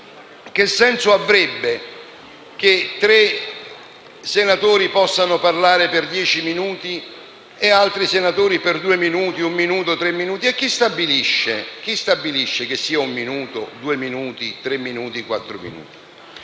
che senso avrebbe che tre senatori possano parlare per dieci minuti e altri senatori per due minuti, un minuto, tre minuti? E chi stabilisce che sia un minuto, due minuti, tre minuti, quattro minuti?